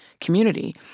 community